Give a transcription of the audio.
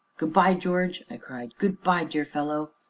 good-by, george! i cried, good-by, dear fellow!